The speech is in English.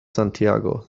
santiago